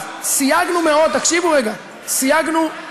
סייגנו מאוד, תקשיבו רגע, סייגנו, מיכל,